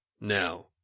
Now